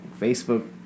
Facebook